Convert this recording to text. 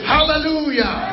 Hallelujah